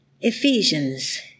Ephesians